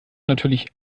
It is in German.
natürlich